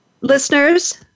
Listeners